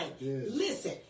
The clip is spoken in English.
Listen